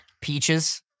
Peaches